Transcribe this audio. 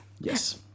Yes